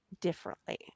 differently